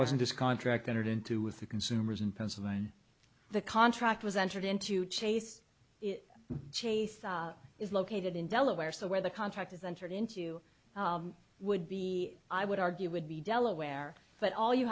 in this contract entered into with the consumers in pennsylvania the contract was entered into chase chase is located in delaware so where the contract is entered into would be i would argue would be delaware but all you